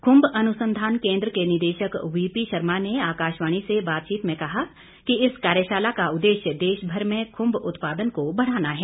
खुम्ब अनुसंधान केंद्र के निदेशक वीपी शर्मा ने आकाशवाणी से बातचीत में कहा कि इस कार्यशाला का उद्देश्य देश भर में खुम्ब उत्पादन को बढ़ाना है